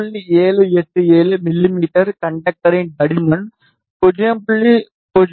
787 மிமீ கண்டக்டரின் தடிமன் 0